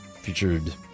featured